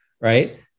right